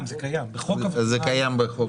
זה קיים בחוק,